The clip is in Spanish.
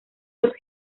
los